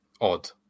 odd